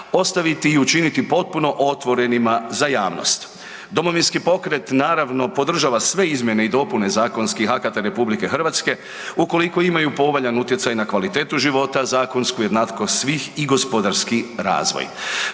ostaviti i učiniti potpuno otvorenima za javnost. Domovinski pokret naravno podržava sve izmjene i dopune zakonskih akata RH ukoliko imaju povoljan utjecaj na kvalitetu života, zakonsku jednakost svih i gospodarski razvoj.